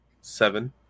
seven